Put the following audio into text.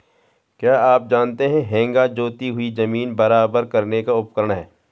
क्या आप जानते है हेंगा जोती हुई ज़मीन बराबर करने का उपकरण है?